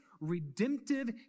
redemptive